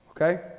okay